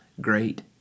great